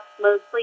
mostly